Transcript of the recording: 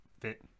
fit